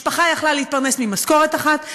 משפחה הייתה יכולה להתפרנס ממשכורת אחת,